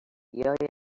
بیایند